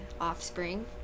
offspring